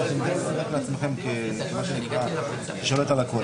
מקבל את עמדת היועצת המשפטית של הוועדה.